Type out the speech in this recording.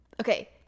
okay